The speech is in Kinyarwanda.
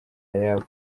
ayabo